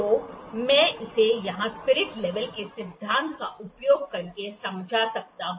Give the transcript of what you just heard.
तो मैं इसे यहां स्पिरिट लेवल के सिद्धांत का उपयोग करके समझा सकता हूं